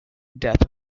death